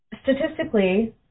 Statistically